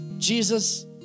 Jesus